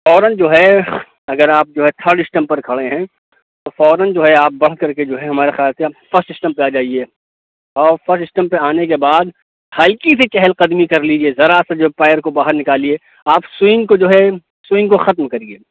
فوراً جو ہے اگر آپ جو ہے تھرڈ اسٹمپ پر کھڑے ہیں تو فوراً جو ہے آپ بڑھ کر کے جو ہے ہمارے خیال سے آپ فسٹ اسٹمپ پہ آ جائیے اور فسٹ اسٹمپ پہ آنے کے بعد ہلکی سی چہل قدمی کر لیجیے ذرا سا جو پیر کو باہر نکالیے آپ سونگ کو جو ہے سونگ کو ختم کریے